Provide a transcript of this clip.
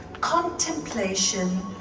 contemplation